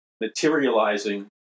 materializing